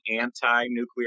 anti-nuclear